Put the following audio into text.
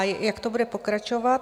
A jak to bude pokračovat?